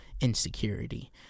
insecurity